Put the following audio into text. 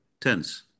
tense